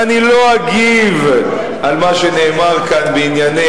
אני מקבל את